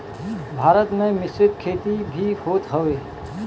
भारत में मिश्रित खेती भी होत हवे